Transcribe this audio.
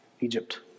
Egypt